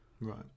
Right